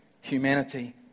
humanity